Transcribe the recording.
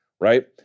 right